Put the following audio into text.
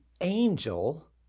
angel